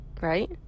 right